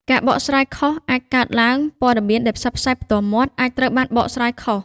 ការបកស្រាយខុស អាចកើតឡើង ព័ត៌មានដែលផ្សព្វផ្សាយផ្ទាល់មាត់អាចត្រូវបានបកស្រាយខុស។